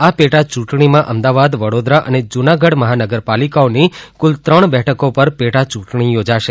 આ પેટા યૂંટણીમાં અમદવાદ વડોદરા અને જૂનાગઢ મહાનગરપાલિકાઓની કુલ ત્રણ બેઠકો પર પેટા ચૂંટણી યોજાશે